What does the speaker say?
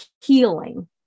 healing